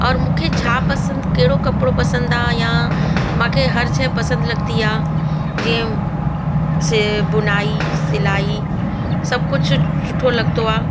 औरि मूंखे छा पसंदि कहिड़ो कपिड़ो पसंदि आहे या मूंखे हर शइ पसंदि लॻंदी आहे जीअं से बुनाई सिलाई सभु कुझु सुठो लॻंदो आहे